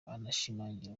anashimangira